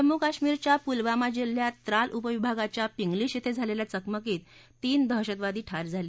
जम्मू काश्मीरच्या पुलवामा जिल्ह्यात त्राल उपविभागाच्या पिंगलीश धिं झालखिं चकमकीत तीन दहशतवादी ठार झाल